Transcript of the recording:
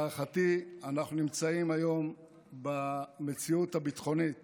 להערכתי אנחנו נמצאים היום במציאות הביטחונית